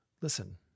listen